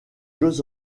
jeux